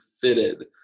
fitted